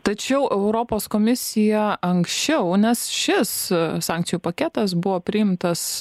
tačiau europos komisija anksčiau nes šis sankcijų paketas buvo priimtas